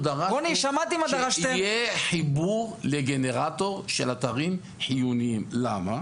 דרשנו שיהיה חיבור לגנרטור של אתרים חיוניים, למה?